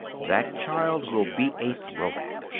that child will be a throwback.